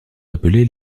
appelés